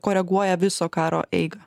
koreguoja viso karo eigą